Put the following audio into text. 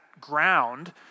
ground